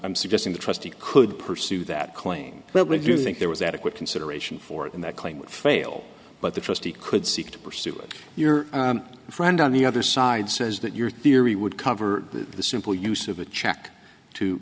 i'm suggesting the trustee could pursue that claim but would you think there was adequate consideration for it and that claim would fail but the trustee could seek to pursue it your friend on the other side says that your theory would cover the simple use of a check to